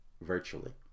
virtually